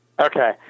Okay